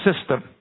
system